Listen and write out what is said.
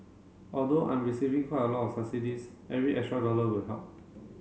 although I'm receiving quite a lot of subsidies every extra dollar will help